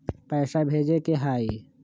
पैसा भेजे के हाइ?